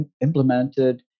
implemented